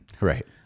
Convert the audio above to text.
Right